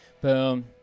Boom